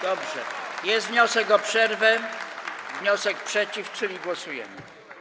Dobrze, jest wniosek o przerwę, wniosek przeciw, czyli głosujemy.